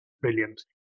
Brilliant